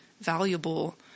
valuable